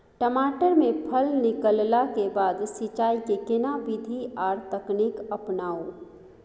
टमाटर में फल निकलला के बाद सिंचाई के केना विधी आर तकनीक अपनाऊ?